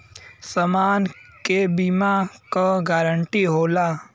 समान के बीमा क गारंटी होला